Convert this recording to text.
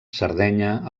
sardenya